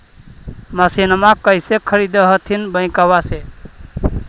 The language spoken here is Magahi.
मसिनमा कैसे खरीदे हखिन बैंकबा से?